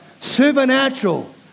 Supernatural